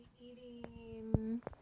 eating